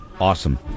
awesome